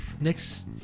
Next